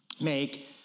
make